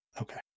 Okay